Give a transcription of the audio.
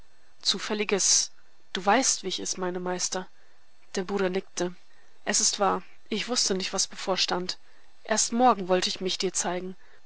zufälliges du weißt wie ich es meine meister der bruder nickte es ist wahr ich wußte nicht was bevorstand erst morgen wollte ich mich dir zeigen